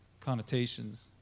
connotations